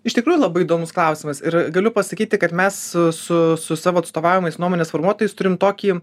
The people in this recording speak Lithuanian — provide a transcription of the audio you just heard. iš tikrųjų labai įdomus klausimas ir galiu pasakyti kad mes su su savo atstovaujamais nuomonės formuotojais turim tokį